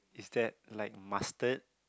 is that like mustard